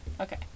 Okay